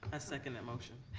ah second that motion.